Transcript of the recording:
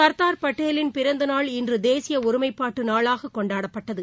சர்தார் பட்டேலின் பிறந்தநாள் இன்றுதேசியஒருமைப்பாட்டுநாளாககொண்டாடப்பட்டது